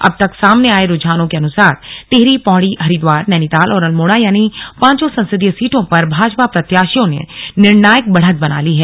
अब तक सामने आए रूझानों के अनुसार टिहरी पौड़ी हरिद्वार नैनीताल और अल्मोड़ा यानी पांचों संसदीय सीटों पर भाजपा प्रत्याशियों ने निर्णोयक बढ़त बना ली है